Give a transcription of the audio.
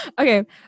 Okay